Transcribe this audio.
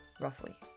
roughly